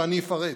ואני אפרט.